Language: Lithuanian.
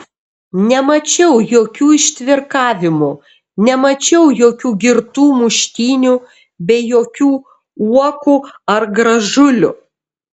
nemačiau jokių ištvirkavimų nemačiau jokių girtų muštynių bei jokių uokų ar gražulių